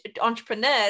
entrepreneurs